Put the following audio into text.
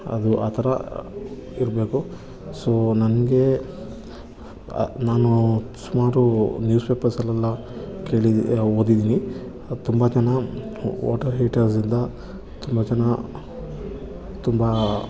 ಅದು ಆ ಥರ ಇರಬೇಕು ಸೊ ನನಗೆ ನಾನು ಸುಮಾರು ನ್ಯೂಸ್ ಪೇಪರ್ಸಲ್ಲೆಲ್ಲ ಕೇಳಿದೆ ಓದಿದ್ದೀನಿ ತುಂಬ ಜನ ವಾಟರ್ ಹೀಟರ್ಸಿಂದ ತುಂಬ ಜನ ತುಂಬ